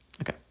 okay